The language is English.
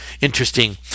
interesting